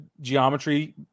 geometry